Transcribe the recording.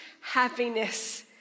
happiness